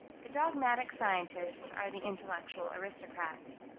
the dogmatic scientists are the intellectual aristocrats.